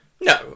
No